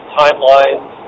timelines